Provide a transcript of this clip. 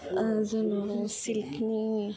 जोंनाव शिल्कनि